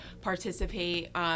participate